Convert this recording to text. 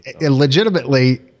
legitimately